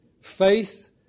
faith